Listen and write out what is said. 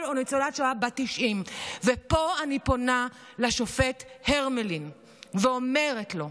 שואה או ניצולת שואה בת 90. ופה אני פונה לשופט הרמלין ואומרת לו: